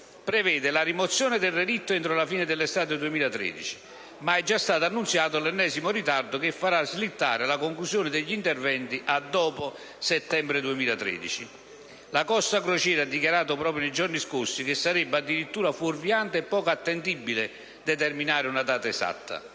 prevede la rimozione del relitto entro la fine dell'estate 2013, ma è già stato annunciato l'ennesimo ritardo che farà slittare la conclusione degli interventi a dopo settembre 2013. La Costa Crociere ha dichiarato, proprio nei giorni scorsi, che sarebbe addirittura fuorviante e poco attendibile determinare una data esatta.